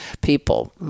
people